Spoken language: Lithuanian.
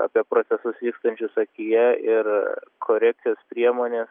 apie procesus vykstančius akyje ir korekcijos priemonė